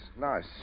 Nice